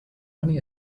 money